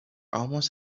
almost